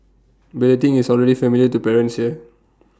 balloting is already familiar to parents here